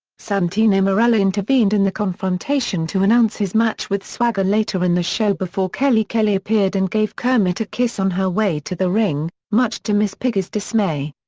santino marella intervened in the confrontation to announce his match with swagger later in the show before kelly kelly appeared and gave kermit a kiss on her way to the ring, much to miss piggy's dismay.